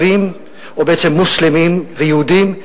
מוסלמים ויהודים,